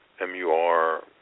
M-U-R